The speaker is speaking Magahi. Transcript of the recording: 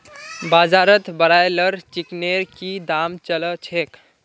बाजारत ब्रायलर चिकनेर की दाम च ल छेक